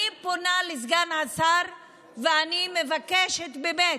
אני פונה לסגן השר ואני מבקשת באמת: